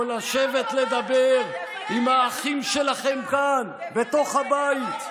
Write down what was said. או לשבת לדבר עם האחים שלכם כאן, בתוך הבית.